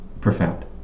profound